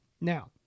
Now